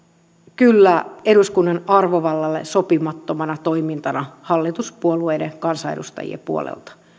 kyllä eduskunnan arvovallalle sopimattomana toimintana hallituspuolueiden kansanedustajien puolelta